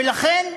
ולכן,